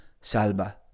Salva